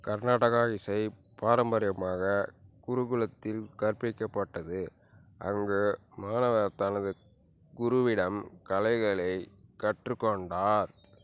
கர்நாடக இசை பாரம்பரியமாக குருகுலத்தில் கற்பிக்கப்பட்டது அங்கு மாணவர் தனது குருவிடம் கலைகளை கற்றுக் கொண்டார்